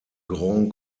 grand